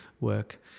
work